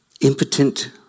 impotent